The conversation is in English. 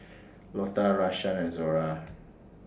Lotta Rashaan and Zora